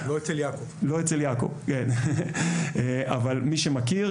אבל מי שמכיר,